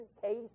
case